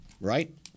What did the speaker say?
Right